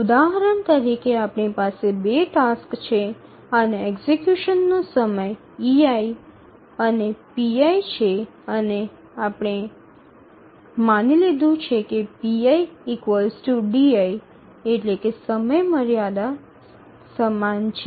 ઉદાહરણ તરીકે આપની પાસે ૨ ટાસક્સ છે અને એક્ઝિકયુશનનો સમય ei અને pi છે અને આપણે માની લીધું છે કે pi di એટલે કે સમયમર્યાદા અને પીરિયડ સમાન છે